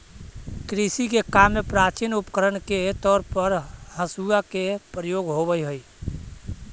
कृषि के काम में प्राचीन उपकरण के तौर पर हँसुआ के प्रयोग होवऽ हई